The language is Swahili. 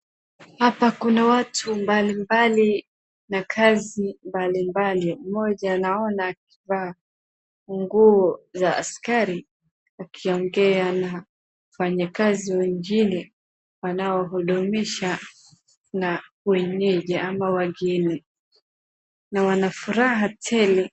Hapa kuna watu mbalimbali na kazi mbalimbali mmoja naona akivaa nguo za askari akiongea na mfanyikazi wa injili wanaohudumisha na wenyeji ama wageni na wana furaha tele